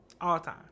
All-time